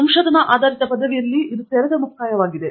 ಸಂಶೋಧನಾ ಆಧಾರಿತ ಪದವಿಯಲ್ಲಿ ಇದು ತೆರೆದ ಮುಕ್ತಾಯವಾಗಿದೆ